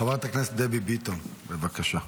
חברת הכנסת דבי ביטון, בבקשה.